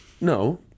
no